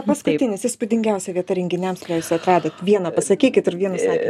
paskutinis įspūdingiausia vieta renginiams kurią jūs atradot vieną pasakykit ir vienu sakiniu